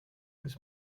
this